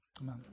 Amen